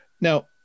Now